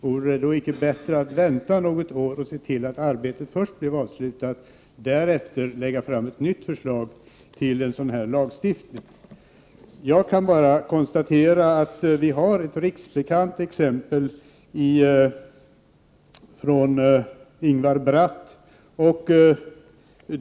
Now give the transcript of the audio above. Vore det då inte bättre att vänta något år och se till att arbetet först blev avslutat och därefter lägga fram ett nytt förslag till lagstiftning? Jag kan bara konstatera att vi har ett riksbekant exempel i Ingvar Bratt.